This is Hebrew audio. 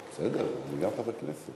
בסדר, אני גם חבר כנסת.